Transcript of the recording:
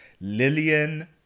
Lillian